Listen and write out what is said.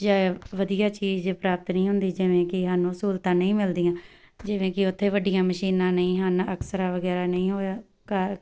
ਜ ਵਧੀਆ ਚੀਜ਼ ਪ੍ਰਾਪਤ ਨਹੀਂ ਹੁੰਦੀ ਜਿਵੇਂ ਕਿ ਸਾਨੂੰ ਸਹੂਲਤਾਂ ਨਹੀਂ ਮਿਲਦੀਆਂ ਜਿਵੇਂ ਕਿ ਉੱਥੇ ਵੱਡੀਆਂ ਮਸ਼ੀਨਾਂ ਨਹੀਂ ਹਨ ਐਕਸਰਾ ਵਗੈਰਾ ਨਹੀਂ ਹੋਇਆ ਕਾ